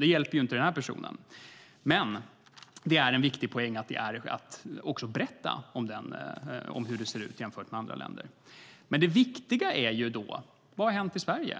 Det hjälper inte den personen. Men det är en viktig poäng att också berätta hur det ser ut jämfört med andra länder. Det viktiga är då: Vad har hänt i Sverige?